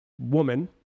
woman